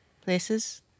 places